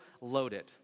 loaded